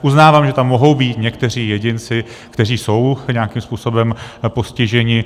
Uznávám, že tam mohou být někteří jedinci, kteří jsou nějakým způsobem postiženi.